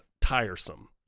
tiresome